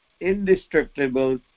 indestructible